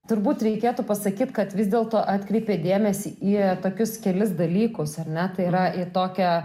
turbūt reikėtų pasakyti kad vis dėlto atkreipė dėmesį į tokius kelis dalykus ar ne tai yra į tokią